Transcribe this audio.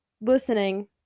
listening